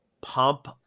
pump